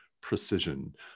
precision